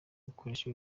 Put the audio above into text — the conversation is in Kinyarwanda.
gukoresha